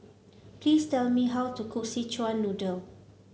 please tell me how to cook Szechuan Noodle